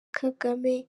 kagame